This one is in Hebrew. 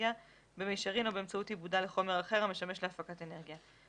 אנרגיה במישרין או באמצעות עיבודה לחומר אחר המשמש להפקת אנרגיה".